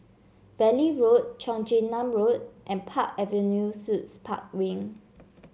Valley Road Cheong Chin Nam Road and Park Avenue Suites Park Wing